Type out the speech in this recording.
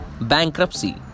Bankruptcy